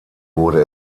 wurde